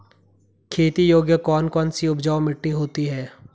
खेती योग्य कौन कौन सी उपजाऊ मिट्टी होती है?